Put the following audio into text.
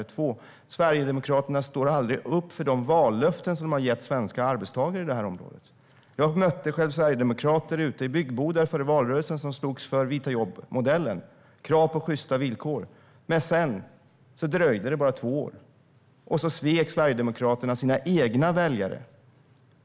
För det andra står Sverigedemokraterna aldrig upp för de vallöften som de har gett svenska arbetstagare på detta område. Jag mötte själv sverigedemokrater ute i byggbodar under valrörelsen som slogs för vita-jobb-modellen och krav på sjysta villkor. Men efter bara två år svek Sverigedemokraterna sina väljare.